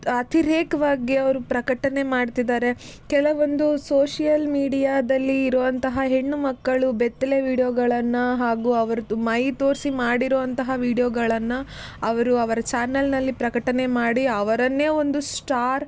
ಅತಿರೇಕವಾಗಿ ಅವರು ಪ್ರಕಟಣೆ ಮಾಡ್ತಿದ್ದಾರೆ ಕೆಲವೊಂದು ಸೋಶಿಯಲ್ ಮೀಡಿಯಾದಲ್ಲಿ ಇರುವಂತಹ ಹೆಣ್ಣು ಮಕ್ಕಳು ಬೆತ್ತಲೆ ವೀಡಿಯೋಗಳನ್ನು ಹಾಗೂ ಅವರದ್ದು ಮೈ ತೋರಿಸಿ ಮಾಡಿರುವಂತಹ ವೀಡಿಯೋಗಳನ್ನು ಅವರು ಅವರ ಚಾನೆಲ್ನಲ್ಲಿ ಪ್ರಕಟಣೆ ಮಾಡಿ ಅವರನ್ನೇ ಒಂದು ಸ್ಟಾರ್